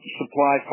supply